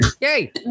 Yay